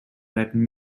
latin